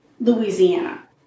Louisiana